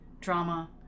drama